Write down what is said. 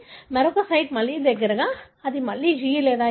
మరొక సైట్లో మళ్ళీ దగ్గరగా అది మళ్లీ G లేదా A